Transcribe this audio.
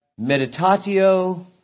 meditatio